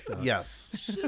Yes